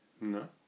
No